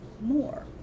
more